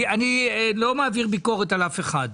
ואני לא מעביר ביקורת על אף אחד.